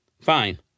Fine